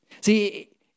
See